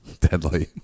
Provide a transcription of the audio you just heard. deadly